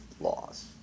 laws